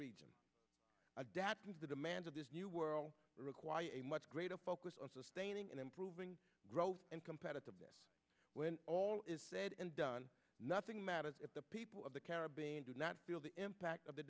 region adapt to the demands of this new world requires a much greater focus on sustaining and improving growth and competitiveness when all is said and done nothing matters if the people of the caribbean do not feel the impact of the